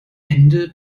ende